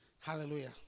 Hallelujah